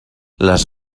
les